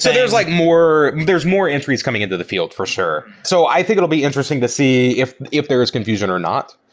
so there's like more there's more entries coming into the fi eld for sure. so i think it will be interesting to see if if there is confusion or not.